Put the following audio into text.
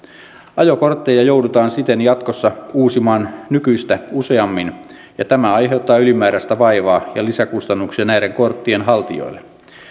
ajokortteja joudutaan siten jatkossa uusimaan nykyistä useammin ja tämä aiheuttaa ylimääräistä vaivaa ja lisäkustannuksia näiden korttien haltijoille